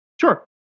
Sure